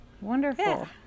Wonderful